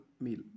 meal